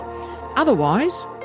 Otherwise